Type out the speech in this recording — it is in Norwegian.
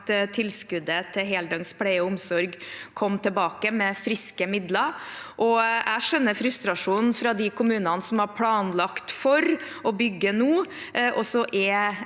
tilskuddet til heldøgns pleie og omsorg kom tilbake med friske midler. Jeg skjønner frustrasjonen til de kommunene som har planlagt for å bygge nå,